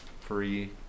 free